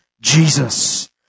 Jesus